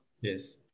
Yes